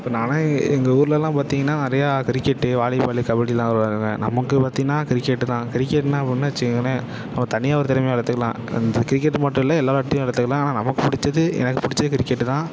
இப்போ நான்லாம் எங்கள் ஊர்லலாம் பார்த்திங்கன்னா நிறையா கிரிக்கெட்டு வாலிபாலு கபடிலாம் விளாடுவேன் நமக்கு பார்த்தின்னா கிரிக்கெட்டு தான் கிரிக்கெட்னால் ஒன்று வச்சுக்கங்களேன் நம்ம தனியாக ஒரு திறமையை வளர்த்துக்கலாம் இந்த கிரிக்கெட்டு மட்டுமில்ல எல்லாம் விளாட்டையும் வளர்த்துக்கலாம் ஆனால் நமக்கு பிடிச்சது எனக்கு பிடிச்சது கிரிக்கெட்டு தான்